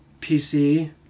PC